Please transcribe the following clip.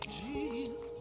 Jesus